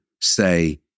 Say